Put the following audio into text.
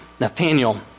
Nathaniel